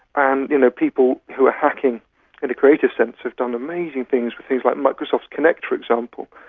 and you know people who are hacking in the creative sense have done amazing things things like microsoft connect, for example,